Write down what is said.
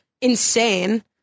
insane